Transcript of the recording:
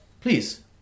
Please